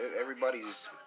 Everybody's